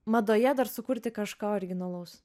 madoje dar sukurti kažką originalaus